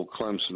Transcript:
Clemson